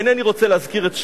אינני רוצה להזכיר את שמו,